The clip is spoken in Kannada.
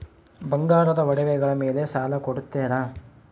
ಬಂಗಾರದ ಒಡವೆಗಳ ಮೇಲೆ ಸಾಲ ಕೊಡುತ್ತೇರಾ?